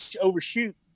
overshoot